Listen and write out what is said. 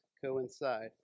coincide